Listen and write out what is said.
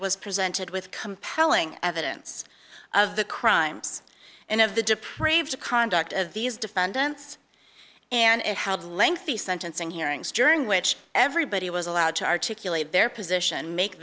was presented with compelling evidence of the crimes and of the dupr of the conduct of these defendants and held lengthy sentencing hearing steering which everybody was allowed to articulate their position make